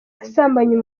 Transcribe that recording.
asambanya